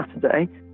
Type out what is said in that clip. Saturday